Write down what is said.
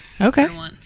Okay